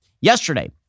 Yesterday